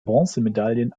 bronzemedaillen